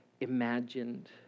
imagined